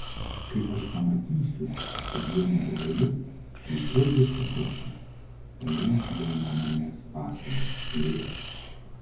kai aš pamatysiu kad jau nebegaliu tai tuoj ir suprasiu plėš jau nuo manęs pasagas plėš